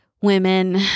Women